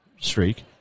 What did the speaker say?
streak